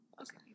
Okay